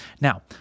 Now